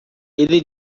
ele